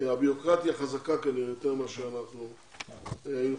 הבירוקרטיה חזקה יותר מכפי שאנחנו חושבים.